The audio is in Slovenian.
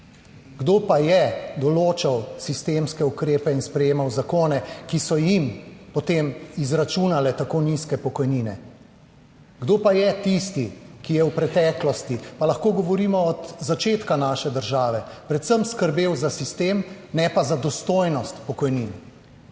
Kdo pa je določal sistemske ukrepe in sprejemal zakone, ki so jim, potem izračunale tako nizke pokojnine? Kdo pa je tisti, ki je v preteklosti, pa lahko govorimo od začetka naše države, predvsem skrbel za sistem, ne pa za dostojnost pokojnin?